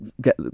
get